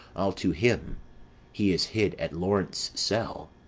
i'll to him he is hid at laurence' cell.